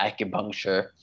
acupuncture